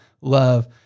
love